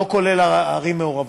לא כולל ערים מעורבות,